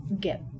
get